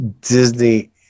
disney